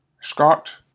Scott